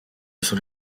sono